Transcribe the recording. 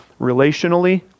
relationally